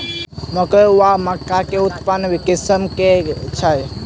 मकई वा मक्का केँ उन्नत किसिम केँ छैय?